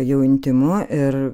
jau intymu ir